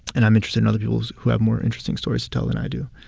and i'm interested in other people's, who have more interesting stories to tell than i do.